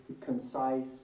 concise